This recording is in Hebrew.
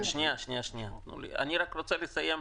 רק רגע.